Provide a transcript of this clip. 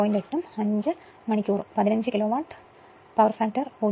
8 ഉം 5 മണിക്കൂറും 15 kilowatt power factor 0